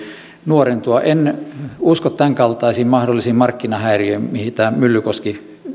nuorentua en usko tämänkaltaisiin mahdollisiin markkinahäiriöihin mitä myllykoski